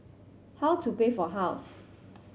how to pay for house